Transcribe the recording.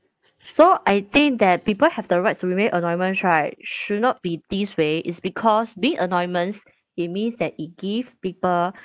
so I think that people have the rights to remain anonymous right should not be this way is because being anonymous it means that it give people